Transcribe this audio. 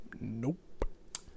Nope